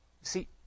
See